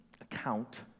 account